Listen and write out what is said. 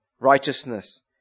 righteousness